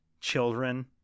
children